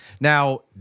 Now